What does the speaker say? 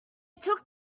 took